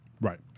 Right